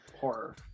horror